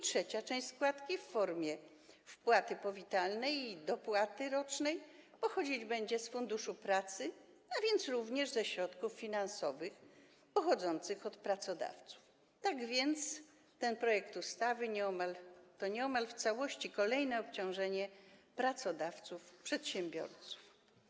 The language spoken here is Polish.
Trzecia część składki w formie wpłaty powitalnej i dopłaty rocznej będzie pochodzić z Funduszu Pracy, a więc również ze środków finansowych pochodzących od pracodawców, tak więc ten projekt ustawy to nieomal w całości kolejne obciążenie pracodawców, przedsiębiorców.